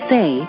Say